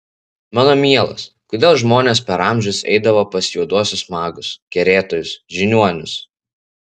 mano mielas kodėl žmonės per amžius eidavo pas juoduosius magus kerėtojus žiniuonius